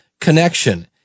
connection